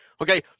Okay